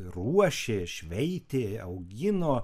ruošė šveitė augino